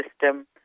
system